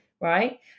right